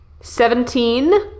Seventeen